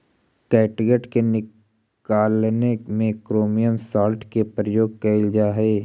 catgut के निकालने में क्रोमियम सॉल्ट के प्रयोग कइल जा हई